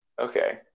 Okay